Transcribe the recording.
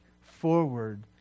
forward